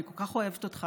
אני כל כך אוהבת אותך,